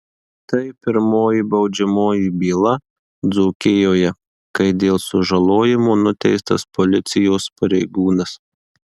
tai pirmoji baudžiamoji byla dzūkijoje kai dėl sužalojimo nuteistas policijos pareigūnas